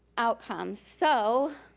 outcomes. so,